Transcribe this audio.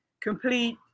complete